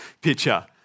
picture